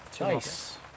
Nice